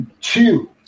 Two